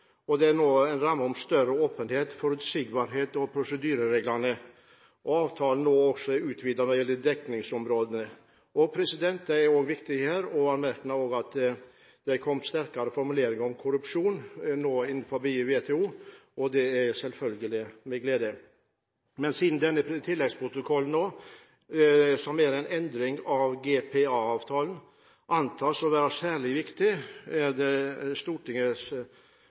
Det er nå en ramme om større åpenhet, forutsigbarhet og prosedyreregler. Avtalen er nå også utvidet når det gjelder dekningsområdene. Det er også viktig å anmerke at det nå har kommet sterkere formuleringer om korrupsjon innen WTO, og det er selvfølgelig gledelig. Siden denne tilleggsprotokollen – som er en endring av GPA-avtalen – antas å være særlig viktig, er det at man må ha Stortingets